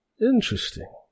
Interesting